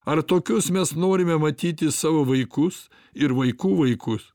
ar tokius mes norime matyti savo vaikus ir vaikų vaikus